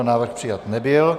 Návrh přijat nebyl.